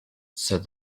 said